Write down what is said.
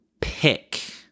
pick